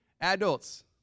Adults